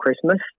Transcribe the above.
Christmas